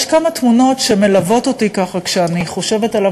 יש כמה תמונות שמלוות אותי כשאני חושבת עליו,